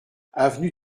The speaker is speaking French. avenue